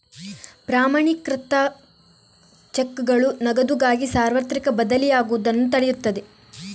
ಪ್ರಮಾಣೀಕೃತ ಚೆಕ್ಗಳು ನಗದುಗಾಗಿ ಸಾರ್ವತ್ರಿಕ ಬದಲಿಯಾಗುವುದನ್ನು ತಡೆಯುತ್ತದೆ